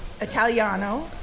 Italiano